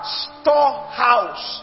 storehouse